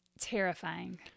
Terrifying